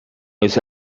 was